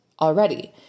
already